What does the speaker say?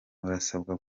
murasabwa